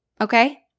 okay